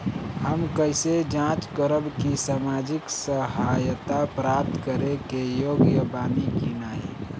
हम कइसे जांच करब कि सामाजिक सहायता प्राप्त करे के योग्य बानी की नाहीं?